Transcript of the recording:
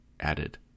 Added